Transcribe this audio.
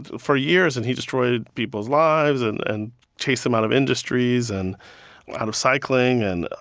for years. and he destroyed people's lives and and chased them out of industries and out of cycling. and,